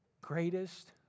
Greatest